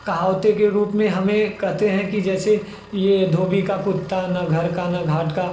कहावते के रूप में हमें कहते हैं कि जैसे यह धोबी का कुत्ता ना घर का ना घाट का